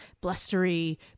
blustery